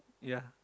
ya